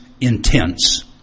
intense